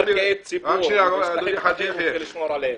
--- הם לקחו מקרקע הציבור ואתם רוצים לשמור עליהם.